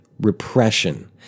repression